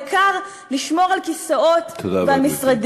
העיקר, לשמור על הכיסאות והמשרדים.